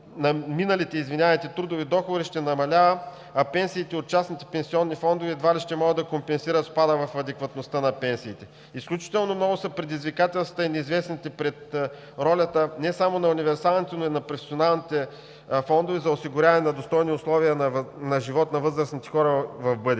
на миналите трудови доходи ще намалява, а пенсиите от частните пенсионни фондове едва ли ще могат да компенсират спада в адекватността на пенсиите. Изключително много са предизвикателствата и неизвестните пред ролята не само на универсалните, но и на професионалните фондове за осигуряване на достойни условия на живот на възрастните хора в бъдеще.